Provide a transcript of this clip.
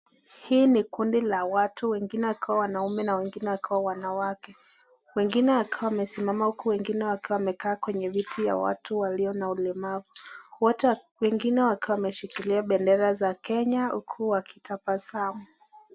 Hii ni kundi la watu wengine wakiwa wanaume na wengine wakiwa wanawake. Wengine wakiwa wamesimama huku wengine wakiwa wamekaa kwenye viti ya watu walio na ulemavu. Wengine wakiwa wameshikilia bendera za Kenya huku wakitabasamu.